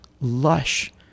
lush